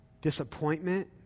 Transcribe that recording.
disappointment